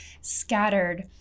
scattered